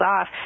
off